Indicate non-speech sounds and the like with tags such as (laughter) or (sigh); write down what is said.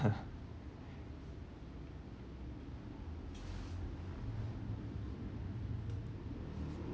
(laughs)